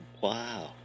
Wow